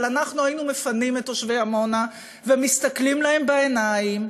אבל אנחנו היינו מפנים את תושבי עמונה ומסתכלים להם בעיניים,